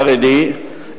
החרדי,